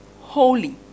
holy